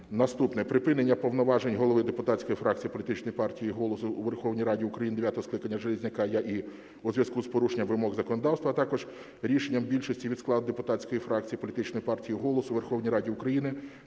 Наступне. Припинення повноважень голови депутатської фракції політичної партії "Голос" у Верховній Раді України дев'ятого скликання Железняка Я.І. у зв'язку з порушенням вимог законодавства, а також рішенням більшості від складу депутатської фракції політичної партії "Голос" у Верховній Раді України